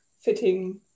fitting